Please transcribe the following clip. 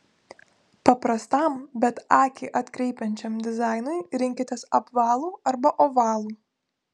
paprastam bet akį atkreipiančiam dizainui rinkitės apvalų arba ovalų